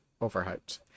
overhyped